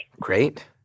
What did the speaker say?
Great